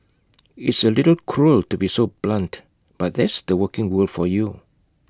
it's A little cruel to be so blunt but that's the working world for you